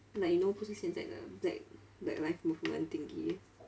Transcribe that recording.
like you know 不是现在的 black black lives movement thingy